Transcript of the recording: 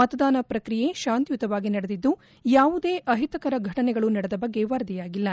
ಮತದಾನ ಪ್ರಕ್ರಿಯೆ ಶಾಂತಿಯುತವಾಗಿ ನಡೆದಿದ್ದು ಯಾವುದೇ ಅಹಿತಕರ ಫಟನೆಗಳು ನಡೆದ ಬಗ್ಗೆ ವರದಿಯಾಗಿಲ್ಲ